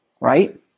Right